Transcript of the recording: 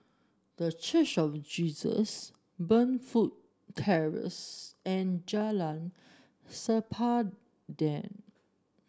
The Church of Jesus Burnfoot Terrace and Jalan Sempadan